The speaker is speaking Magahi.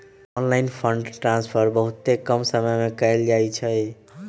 ऑनलाइन फंड ट्रांसफर बहुते कम समय में कएल जाइ छइ